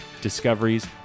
discoveries